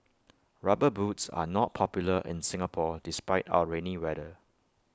rubber boots are not popular in Singapore despite our rainy weather